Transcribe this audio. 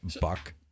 Buck